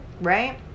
right